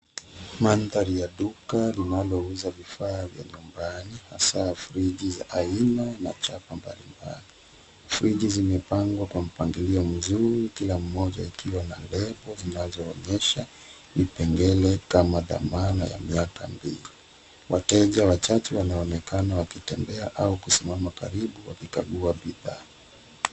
Mandhari ya duka linayouza vifaa vya nyumbani, hasa friji za aina na chapa mbali mbali. Friji zimepangwa kwa mpangilio mzuri, kila moja ikiwa na lebo zinazoonyesha vipengele kama dhamana ya miaka mbili. Wateja wachache wanaonekana wakitembea au kusimama karibu wakikagua bidhaa.